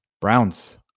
Browns